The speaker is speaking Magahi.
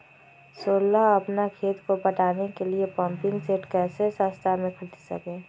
सोलह अपना खेत को पटाने के लिए पम्पिंग सेट कैसे सस्ता मे खरीद सके?